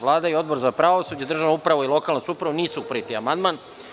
Vlada i Odbor za pravosuđe, državnu upravu i lokalnu samoupravu nisu prihvatili amandman.